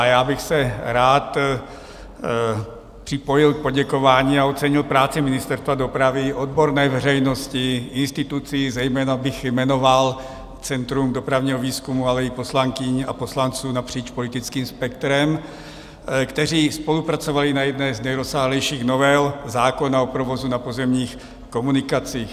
Já bych se rád připojil k poděkování a ocenil práce Ministerstva dopravy, odborné veřejnosti, institucí, zejména bych jmenoval Centrum dopravního výzkumu, ale i poslankyň a poslanců napříč politickým spektrem, kteří spolupracovali na jedné z nejrozsáhlejších novel zákona o provozu na pozemních komunikacích.